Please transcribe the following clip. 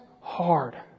hard